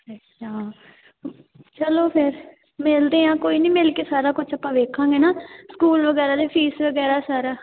ਅੱਛਾ ਚਲੋ ਫਿਰ ਮਿਲਦੇ ਹਾਂ ਕੋਈ ਨਹੀਂ ਮਿਲ ਕੇ ਸਾਰਾ ਕੁਛ ਆਪਾਂ ਵੇਖਾਂਗੇ ਨਾ ਸਕੂਲ ਵਗੈਰਾ ਦੀ ਫੀਸ ਵਗੈਰਾ ਸਾਰਾ